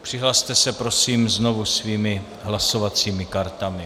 Přihlaste se prosím znovu svými hlasovacími kartami.